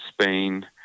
Spain